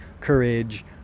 courage